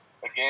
Again